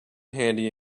handy